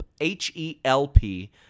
H-E-L-P